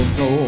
no